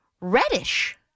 Reddish